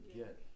get